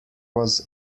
was